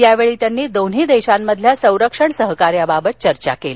यावेळी त्यांनी दोन्ही देशांमधील संरक्षण सहकार्याबाबत चर्चा केली